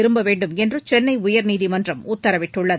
திரும்ப வேண்டும் என்று சென்னை உயர்நீதிமன்றம் உத்தரவிட்டுள்ளது